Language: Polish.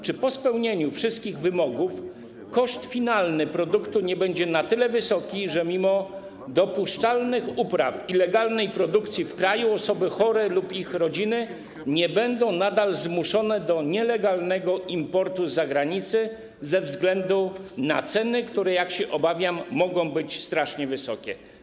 Czy po spełnieniu wszystkich wymogów koszt finalny produktu nie będzie na tyle wysoki, że mimo dopuszczalnych upraw i legalnej produkcji w kraju osoby chore lub ich rodziny będą nadal zmuszone do nielegalnego importu z zagranicy ze względu na ceny, które, jak się obawiam, mogą być strasznie wysokie?